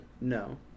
No